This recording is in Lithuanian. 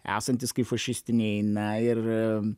esantys kaip fašistiniai na ir